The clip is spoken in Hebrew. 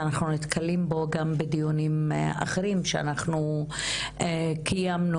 אנחנו נתקלים בו גם בדיונים אחרים שאנחנו קיימנו.